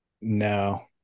No